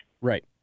Right